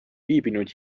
viibinud